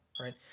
right